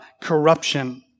corruption